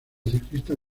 ciclista